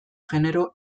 genero